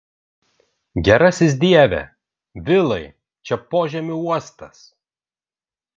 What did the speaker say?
gerasis dieve vilai čia požemių uostas